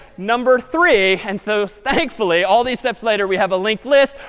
number three. and so so thankfully, all these steps later, we have a linked list.